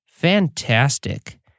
Fantastic